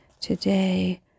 Today